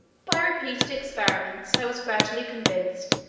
by repeated experiments, i was gradually convinced,